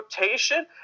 rotation